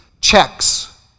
checks